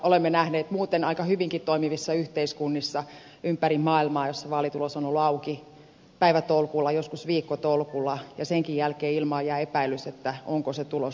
olemme nähneet sellaisia epäselvyyksiä muuten aika hyvinkin toimivissa yhteiskunnissa ympäri maailmaa että vaalitulos on ollut auki päivätolkulla joskus viikkotolkulla ja senkin jälkeen ilmaan jää epäilys onko se tulos luotettava